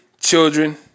children